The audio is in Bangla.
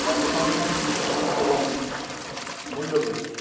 কর্মসংস্থান এবং মূল্যবৃদ্ধি